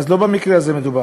אז לא במקרה הזה מדובר.